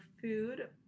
food